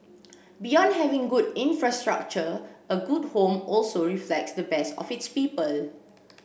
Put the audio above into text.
beyond having good infrastructure a good home also reflects the best of its people